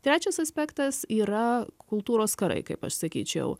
trečias aspektas yra kultūros karai kaip aš sakyčiau